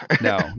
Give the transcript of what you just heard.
no